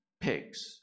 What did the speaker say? pigs